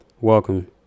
Welcome